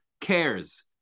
cares